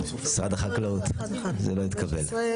הצבעה לא התקבלה.